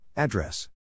Address